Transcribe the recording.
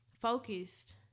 focused